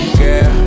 girl